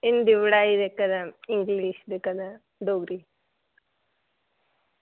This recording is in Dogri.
हिंदी पढ़ाई कदें इंगलिश ते कदें डोगरी